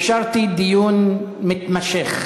אפשרתי דיון מתמשך,